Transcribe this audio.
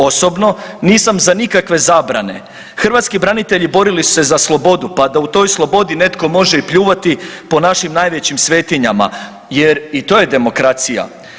Osobno, nisam za nikakve zabrane, hrvatski branitelji borili su se za slobodu pa da u toj slobodi netko može i pljuvati po našim najvećim svetinjama jer i to je demokracija.